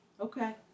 Okay